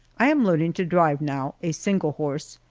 i am learning to drive now, a single horse,